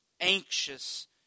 anxious